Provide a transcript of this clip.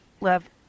love